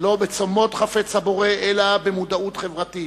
לא בצומות חפץ הבורא, אלא במודעות חברתית: